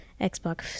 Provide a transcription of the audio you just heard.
Xbox